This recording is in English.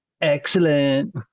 excellent